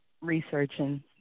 Researching